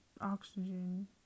oxygen